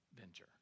venture